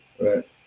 right